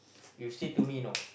you said to me know